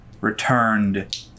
returned